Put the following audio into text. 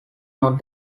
not